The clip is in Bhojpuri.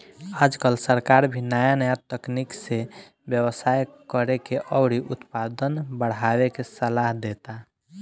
आजकल सरकार भी नाया नाया तकनीक से व्यवसाय करेके अउरी उत्पादन बढ़ावे के सालाह देता